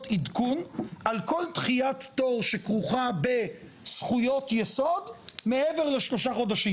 עדכון על כל דחיית תור שכרוכה בזכויות יסוד מעבר לשלושה חודשים?